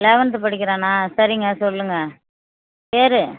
eleventh படிக்கிறானா சரிங்க சொல்லுங்கள் பெயரு